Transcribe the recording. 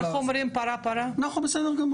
פה אחר-כך יהיה לי